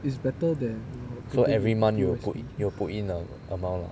so every month you will put in you will put in a amount lah